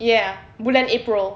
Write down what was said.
ya bulan april